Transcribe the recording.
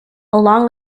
along